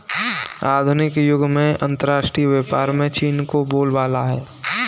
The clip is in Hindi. आधुनिक युग में अंतरराष्ट्रीय व्यापार में चीन का बोलबाला है